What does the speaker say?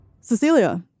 Cecilia